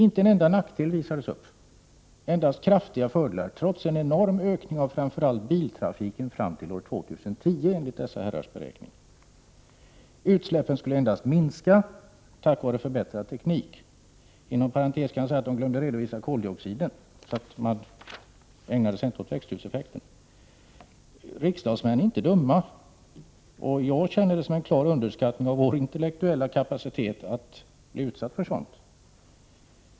Det visades inte på en enda nackdel, endast stora fördelar, trots att dessa herrar räknar med en enorm ökning av biltrafiken fram till år 2010. Tack vare förbättrad teknik skulle utsläppen enbart minska. I förbigående kan jag nämna att de glömde att redovisa hur det blir med koldioxiden, och följaktligen ägnade man sig inte åt växthuseffekten. Riksdagsmän är inte dumma. Jag känner det som en klar underskattning av vår intellektuella kapacitet att bli utsatt för något sådant.